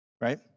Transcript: right